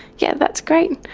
yeah that's great,